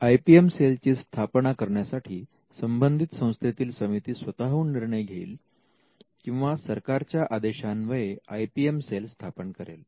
IPL सेलची स्थापना करण्यासाठी संबंधित संस्थेतील समिती स्वतःहून निर्णय घेईल किंवा सरकारच्या आदेशान्वये आय पी एम सेल स्थापन करेल